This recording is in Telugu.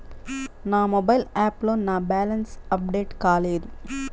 నా మొబైల్ యాప్లో నా బ్యాలెన్స్ అప్డేట్ కాలేదు